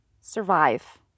Survive